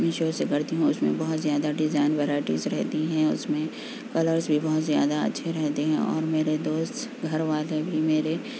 میشو سے کرتی ہوں اور اس میں بہت زیادہ ڈیزائن ویرائٹیز رہتی ہیں اس میں کلرس بھی بہت زیادہ اچھے رہتے ہیں اور میرے دوست گھر والے بھی میرے